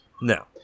no